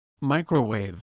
microwave